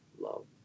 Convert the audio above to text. love